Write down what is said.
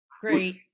great